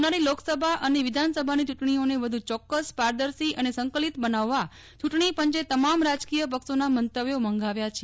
આવનારી લોકસભા અને વિધાનસભાની ચૂંટણીઓને વધુ ચોક્કસપારદર્શી અને સંકલિત બનાવવા ચૂંટણી પંચે તમામ રાજકીય પક્ષોના મંતવ્યો મંગાવ્યા છે